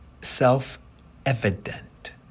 self-evident